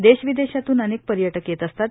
देशविदेशातून अनेक पर्यटक येत असतात